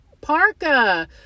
parka